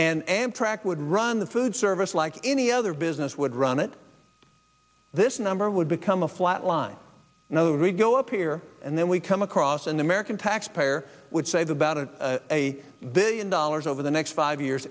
and amtrak would run the food service like any other business would run it this number would become a flat line no rigo up here and then we come across an american taxpayer would save about a billion dollars over the next five years